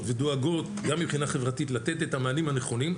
ודואגות גם מבחינה חברתית לתת את המענים הנכונים,